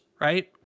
Right